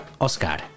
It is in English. Oscar